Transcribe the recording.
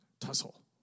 tussle